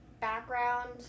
background